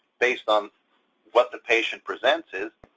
based on what the patient presents is,